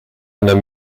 einer